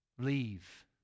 Leave